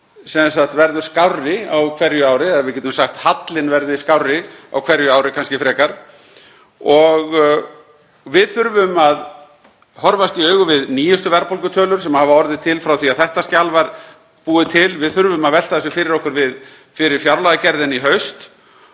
afgangurinn verður skárri á hverju ári, ef við getum sagt það, hallinn verður skárri á hverju ári kannski frekar. Við þurfum að horfast í augu við nýjustu verðbólgutölur sem hafa orðið til frá því að þetta skjal var búið til. Við þurfum að velta þessu fyrir okkur fyrir fjárlagagerðina í haust